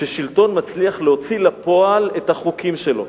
ששלטון מצליח להוציא לפועל את החוקים שלו,